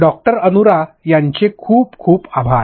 doctor Anura यांचे खूप खूप आभार